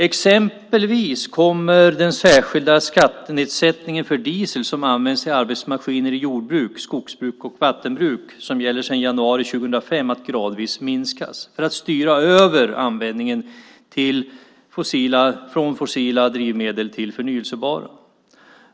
Exempelvis kommer den särskilda skattenedsättningen för diesel som används i arbetsmaskiner i jordbruk, skogsbruk och vattenbruk, som gäller sedan 2005, att gradvis minskas för att styra över användningen från fossila drivmedel till förnybara.